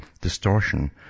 distortion